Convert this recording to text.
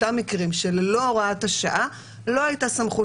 אותם מקרים שללא הוראת השעה לא הייתה סמכות